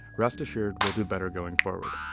rest assured we'll do better going forward!